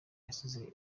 yasize